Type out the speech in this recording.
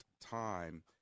time